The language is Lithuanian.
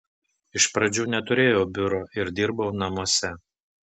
iš pradžių neturėjau biuro ir dirbau namuose